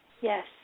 Yes